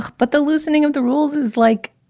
but the loosening of the rules is like